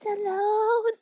alone